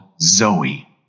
Zoe